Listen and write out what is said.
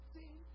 See